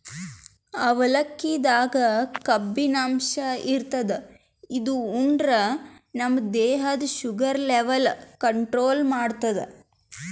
ಅವಲಕ್ಕಿದಾಗ್ ಕಬ್ಬಿನಾಂಶ ಇರ್ತದ್ ಇದು ಉಂಡ್ರ ನಮ್ ದೇಹದ್ದ್ ಶುಗರ್ ಲೆವೆಲ್ ಕಂಟ್ರೋಲ್ ಮಾಡ್ತದ್